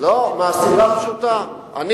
מהסיבה הפשוטה.